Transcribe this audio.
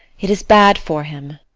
it is bad for him.